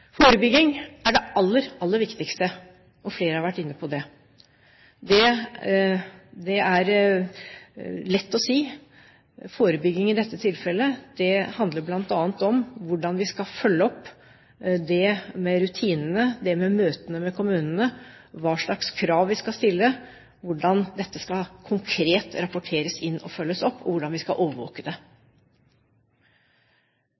Forebygging er det aller viktigste, flere har vært inne på det. Det er lett å si. Forebygging i dette tilfellet handler bl.a. om hvordan vi skal følge opp rutinene, møtene med kommunene, hva slags krav vi skal stille, hvordan dette konkret skal rapporteres inn og følges opp, og hvordan vi skal overvåke det.